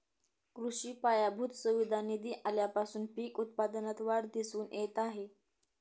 कृषी पायाभूत सुविधा निधी आल्यापासून पीक उत्पादनात वाढ दिसून येत आहे